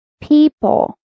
people